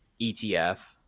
etf